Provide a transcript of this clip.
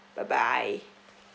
bye bye